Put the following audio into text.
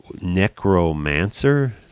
Necromancer